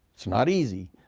it's not easy,